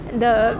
the